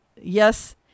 yes